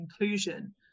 inclusion